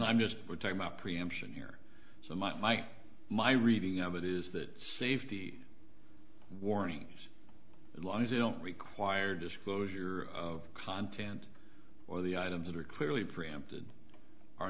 i'm just talking about preemption here so much my reading of it is that safety warnings long as they don't require disclosure of content or the items that are clearly preempted